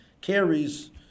carries